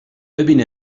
ببین